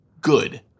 good